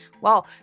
Wow